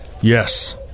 Yes